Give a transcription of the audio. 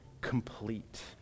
complete